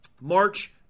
March